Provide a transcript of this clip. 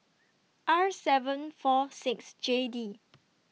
R seven four six J D